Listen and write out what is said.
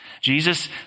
Jesus